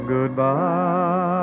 Goodbye